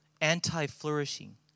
Anti-flourishing